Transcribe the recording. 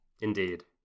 Indeed